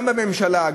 גם בממשלה,